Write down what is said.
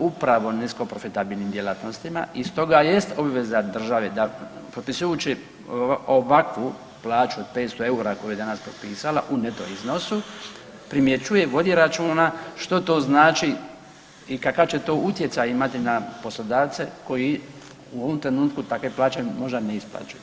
upravo nisko profitabilnim djelatnostima i stoga jest obveza države da propisuje uopće ovakvu plaću od 500 EUR-a koju je danas propisala u neto iznosu, primjećuje i vodi računa što to znači i kakav će to utjecaj imati na poslodavce koji u ovom trenutku takve plaće možda ne isplaćuju.